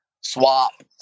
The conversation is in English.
swap